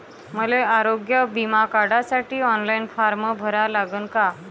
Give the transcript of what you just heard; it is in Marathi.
मले आरोग्य बिमा काढासाठी ऑनलाईन फारम भरा लागन का?